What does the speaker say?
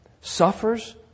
suffers